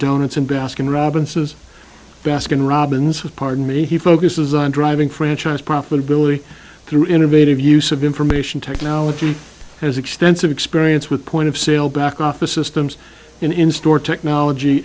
donuts and baskin robbins is baskin robins pardon me he focuses on driving franchise profitability through innovative use of information technology has extensive experience with point of sale back office systems in in store technology